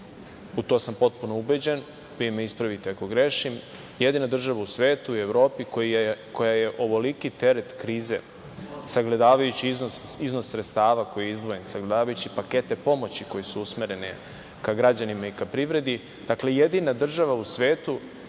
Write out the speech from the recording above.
u to sam potpuno ubeđen, vi me ispravite ako grešim, jedina država u svetu i u Evropi koja je ovoliki teret krize, sagledavajući iznos sredstava koji je izdvojen, sagledavajući pakete pomoći koje su usmerene ka građanima i ka privredi, dakle, jedina država u svetu